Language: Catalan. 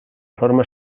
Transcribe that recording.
forma